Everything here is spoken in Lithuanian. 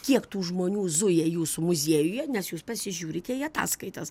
kiek tų žmonių zuja jūsų muziejuje nes jūs pasižiūrite į ataskaitas